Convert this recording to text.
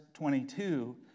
22